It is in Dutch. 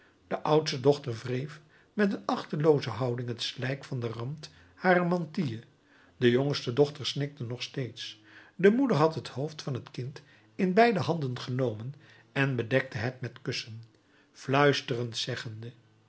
de oudste dochter wreef met een achtelooze houding het slijk van den rand harer mantille de jongste dochter snikte nog steeds de moeder had het hoofd van t kind in beide handen genomen en bedekte het met kussen fluisterend zeggende